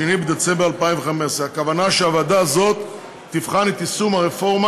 2 בדצמבר 2015 בנושא: קשיים ברפורמה